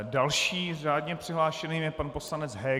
Dalším řádně přihlášeným je pan poslanec Heger.